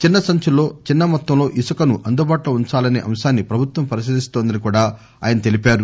చిన్న సంచుల్లో చిన్న మొత్తంలో ఇసుకను అందుబాటులో ఉంచాలసే అంశాన్సి ప్రభుత్వం పరిశీలిస్తోందని కూడా తెలిపారు